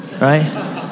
right